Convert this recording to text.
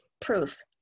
proof